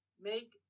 Make